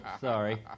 Sorry